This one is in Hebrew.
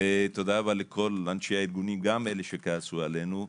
תודה רבה לכל אנשי הארגונים, גם אלה שכעסו עלינו.